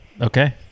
Okay